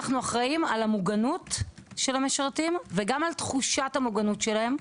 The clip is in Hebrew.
אנחנו אחראים על המוגנות של המשרתים וגם על תחושת המוגנות שלהם.